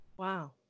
Wow